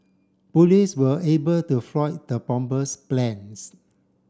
police were able to foil the bomber's plans